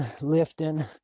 lifting